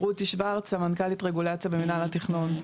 רות שורץ, סמנכ"לית רגולציה במינהל התכנון.